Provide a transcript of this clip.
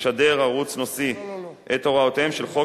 משדר ערוץ נושאי את הוראותיהם של חוק